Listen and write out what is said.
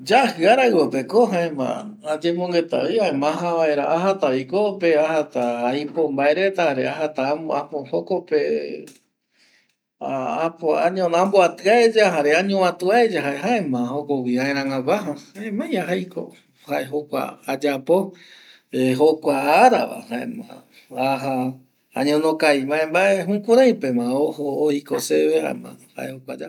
Yaji arauvo pe ko ayemongueta vi jaema ajata ko ko pe ajat aipo vaereta, ajata jokope añono amboaiti aeya jare añeobati aeya jaema jukurei aeraigagua jare jamai aja iako jae jokua yapo jokua ara pe jaema aja opa añono kavi vae vae, jukurei pe ma ojo oiko se ve jama jokua ayapo